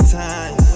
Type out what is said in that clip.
time